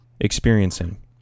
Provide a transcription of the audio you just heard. experiencing